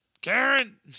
Karen